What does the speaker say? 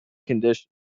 conditions